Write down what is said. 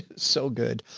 so good.